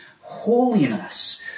holiness